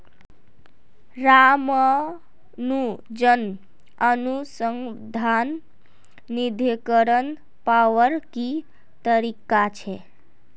रामानुजन अनुसंधान निधीकरण पावार की तरीका छे